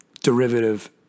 derivative